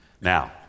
Now